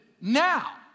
Now